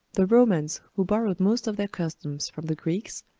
the romans, who borrowed most of their customs from the greeks,